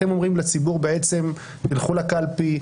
אתם אומרים לציבור: לכו לקלפי,